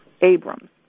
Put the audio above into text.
Abrams